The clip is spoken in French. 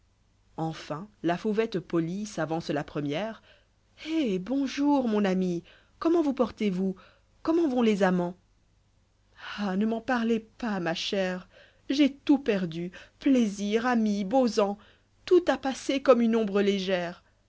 enfin la fauvette polie s'avance la première eh bonjour mon amie comment vous portez-vous comment vont les aiïîantj ah ne m'en parlez pas ma chère t'ai tout perdu plaisirs amis beaux ans ïout a pas comme une ombra légère